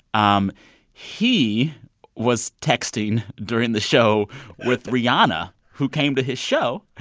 um he was texting during the show with rihanna, who came to his show.